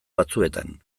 batzuetan